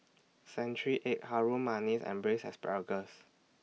Century Egg Harum Manis and Braised Asparagus